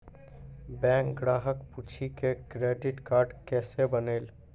Bank ग्राहक पुछी की क्रेडिट कार्ड केसे बनेल?